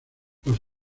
los